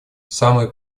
самые